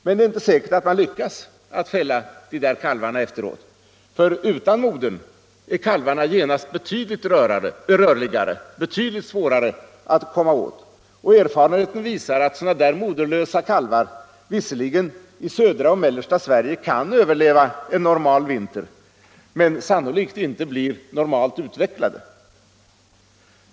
Men det är inte säkert att man lyckas att fälla kalvarna, för utan modern är kalvarna genast betydligt rörligare, betydligt svårare att få tag i. Erfarenheten visar att sådana moderlösa kalvar visserligen kan överleva en normal vinter i södra och mellersta Sverige men sannolikt inte blir normalt utvecklade.